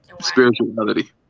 Spirituality